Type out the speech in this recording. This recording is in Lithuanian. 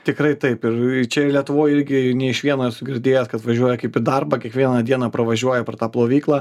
tikrai taip ir čia lietuvoj irgi ne iš vieno esu girdėjęs kad važiuoja kaip į darbą kiekvieną dieną pravažiuoja pro tą plovyklą